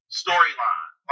storyline